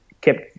kept